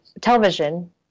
television